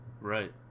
Right